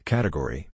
Category